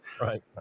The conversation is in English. right